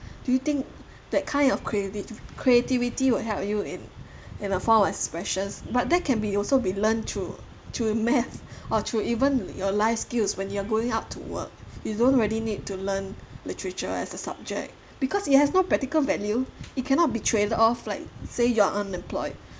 do you think that kind of creative~ creativity will help you in in a form of expressions but that can be also be learned through through math or through even your life skills when you're going out to work you don't really need to learn literature as a subject because it has no practical value it cannot be traded off like say you are unemployed